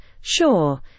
Sure